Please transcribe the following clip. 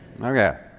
Okay